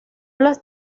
los